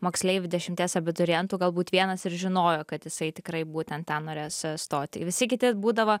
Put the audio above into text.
moksleivių dešimties abiturientų galbūt vienas ir žinojo kad jisai tikrai būtent ten norės stoti visi kiti būdavo